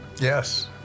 Yes